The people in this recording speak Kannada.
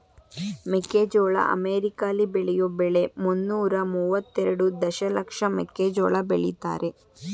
ಮೆಕ್ಕೆಜೋಳ ಅಮೆರಿಕಾಲಿ ಬೆಳೆಯೋ ಬೆಳೆ ಮುನ್ನೂರ ಮುವತ್ತೆರೆಡು ದಶಲಕ್ಷ ಮೆಕ್ಕೆಜೋಳ ಬೆಳಿತಾರೆ